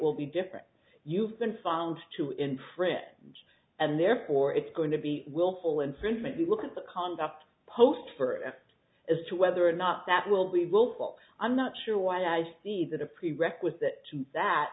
will be different you've been found to infringe and therefore it's going to be willful infringement we look at the conduct post for act as to whether or not that will be willful i'm not sure why i see that a prerequisite to that